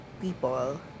people